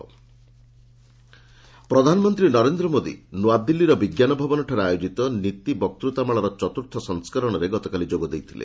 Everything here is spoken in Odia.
ପିଏମ୍ ନୀତି ପ୍ରଧାନମନ୍ତ୍ରୀ ନରେନ୍ଦ୍ର ମୋଦି ନୂଆଦିଲ୍ଲୀର ବିଜ୍ଞାନଭବନଠାରେ ଆୟୋକିତ ନୀତି ବକ୍ତୃତାମାଳାର ଚତ୍ରର୍ଥ ସଂସ୍କରଣରେ ଗତକାଲି ଯୋଗ ଦେଇଥିଲେ